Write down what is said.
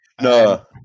No